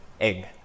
egg